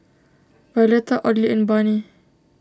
Violetta Audley and Barney